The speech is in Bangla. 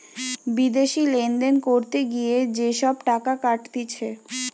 বিদেশি লেনদেন করতে গিয়ে যে সব টাকা কাটতিছে